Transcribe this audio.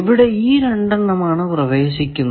ഇവിടെ ഈ രണ്ടെണ്ണമാണ് പ്രവേശിക്കുന്നത്